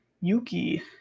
yuki